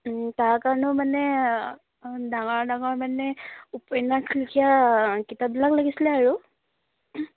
তাৰ কাৰণেও মানে ডাঙৰ ডাঙৰ মানে উপন্যাসলেখীয়া কিতাপবিলাক লাগিছিলে আৰু